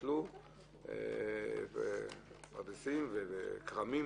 נטעו פרדסים ושתלו כרמים,